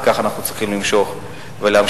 וכך אנחנו צריכים למשוך ולהמשיך.